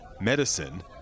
medicine